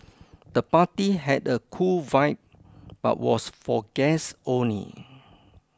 the party had a cool vibe but was for guests only